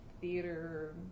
theater